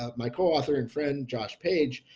ah my co-author and friend josh page,